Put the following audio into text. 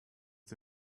dir